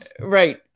Right